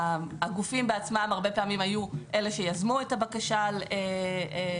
הרבה פעמים הגופים עצמם היו אלה שיזמו את הבקשה להגנה,